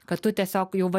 kad tu tiesiog jau va